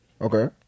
Okay